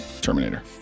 Terminator